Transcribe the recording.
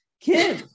Kim